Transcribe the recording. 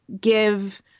give